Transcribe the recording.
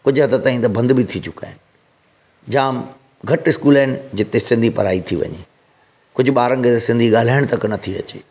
कुझु हदि ताईं त बंदि बि थी चुका आहिनि जाम घटि स्कूल आहिनि जिते सिंधी पढ़ाई थी वञे कुझु ॿारनि खे सिंधी ॻाल्हाइणु तक नथी अचे